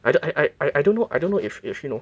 I I I don't know I don't know if if you know